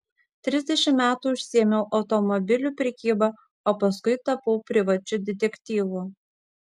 trisdešimt metų užsiėmiau automobilių prekyba o paskui tapau privačiu detektyvu